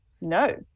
No